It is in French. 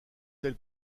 tel